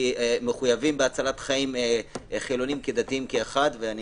מחויבים להצלת חיים של חילונים ודתיים כאחד ואני